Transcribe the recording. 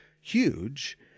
huge